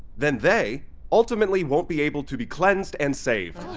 then they ultimately won't be able to be cleansed and saved.